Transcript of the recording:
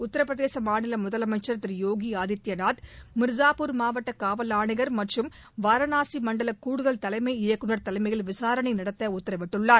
உத்திரபிரதேச மாநில முதலமைச்சர் திரு யோகி ஆதித்தனாத் மிர்சாப்பூர் மாவட்ட காவல் ஆணையாளர் மற்றும் வாரணாசி மண்டல கூடுதல் தலைமை இயக்குநர் தலைமையில் விசாரணை நடத்த உத்தரவிட்டுள்ளார்